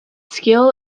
skill